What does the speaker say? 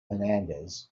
hernandez